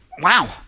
wow